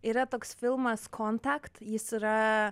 yra toks filmas contact jis yra